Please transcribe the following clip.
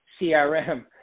CRM